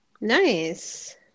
Nice